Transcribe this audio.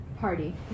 Party